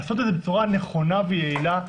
לעשות את זה בצורה נכונה ויעילה,